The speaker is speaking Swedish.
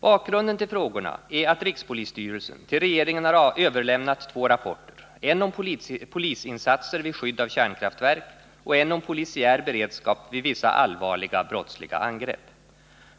Bakgrunden till frågorna är att rikspolisstyrelsen till regeringen har överlämnat två rapporter, en om polisinsatser vid skydd av kärnkraftverk och en om polisiär beredskap vid vissa allvarliga brottsliga angrepp.